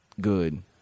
good